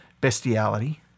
bestiality